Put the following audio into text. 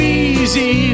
easy